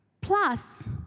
Plus